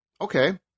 Okay